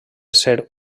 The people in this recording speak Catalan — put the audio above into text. ser